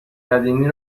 قدیمی